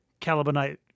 Calibanite